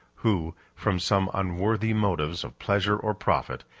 who, from some unworthy motives of pleasure or profit,